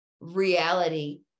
reality